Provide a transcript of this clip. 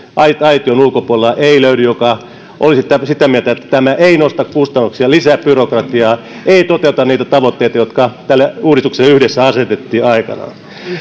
aition ulkopuolella ei löydy joka olisi sitä mieltä että tämä ei nosta kustannuksia eikä lisää byrokratiaa vaan toteuttaa niitä tavoitteita jotka tälle uudistukselle yhdessä asetettiin aikanaan